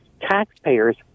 taxpayers